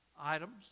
items